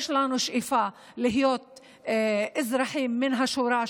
יש לנו שאיפה להיות אזרחים מן השורה,